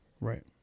Right